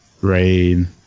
Rain